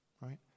right